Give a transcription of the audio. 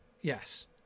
yes